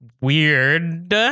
weird